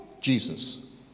Jesus